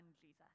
Jesus